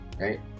right